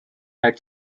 had